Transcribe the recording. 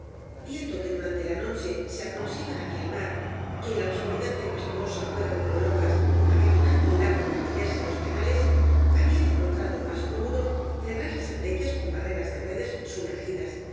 viendo que durante la noche se aproximan hacia el mar y en la obscuridad tempestuosa juegan como locas abandonando el lago para meterse en los canales habían encontrado más cómodo cerrar las acequias con barreras de redes sumergidas